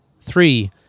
Three